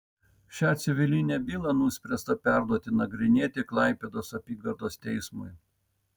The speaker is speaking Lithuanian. šią civilinę bylą nuspręsta perduoti nagrinėti klaipėdos apygardos teismui